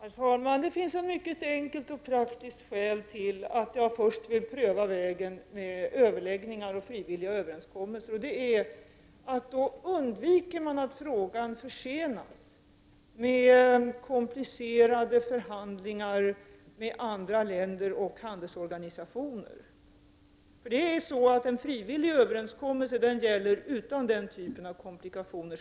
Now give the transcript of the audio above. Herr talman! Det finns ett mycket enkelt och praktiskt skäl till att jag först vill pröva vägen med överläggningar och frivilliga överenskommelser, och det är att man då undviker att frågan försenas med komplicerade förhandlingar med andra länder och handelsorganisationer. En frivillig överenskommelse gäller utan den typen av komplikationer.